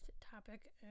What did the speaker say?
topic